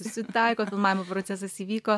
susitaiko filmavimo procesas įvyko